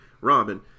Robin